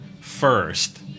first